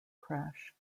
crash